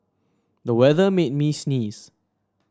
the weather made me sneeze